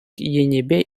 енӗпе